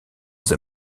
the